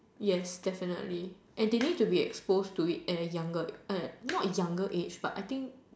yes definitely and they need to be expose to it at a younger not younger age but I think